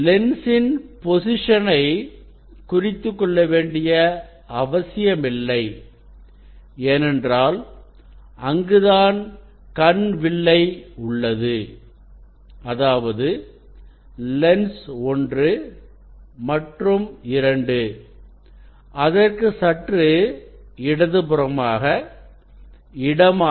லென்ஸின் பொசிஷனை குறித்துக்கொள்ள வேண்டிய அவசியமில்லை ஏனென்றால் அங்குதான் கண் வில்லை உள்ளது அதாவது லென்ஸ் 1 மற்றும் 2 அதற்கு சற்று இடதுபுறமாக இடமாக